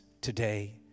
today